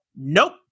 nope